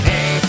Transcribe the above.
Hey